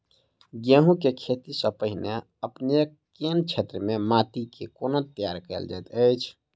गेंहूँ केँ खेती सँ पहिने अपनेक केँ क्षेत्र मे माटि केँ कोना तैयार काल जाइत अछि?